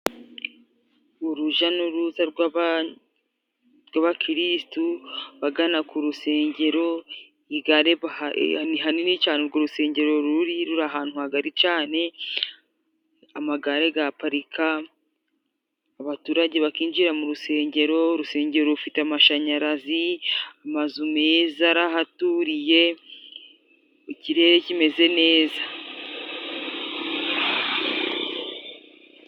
Uruja n'uruza rw'abakirisitu bagana ku rusengero, igare, ni hanini cane urwo rusengero ruri, ruri ahantu hagari cane, amagare gaparika, abaturage bakinjira mu rusengero, urusengero rufite amashanyarazi amazu meza arahaturiye, ikirere kimeze neza.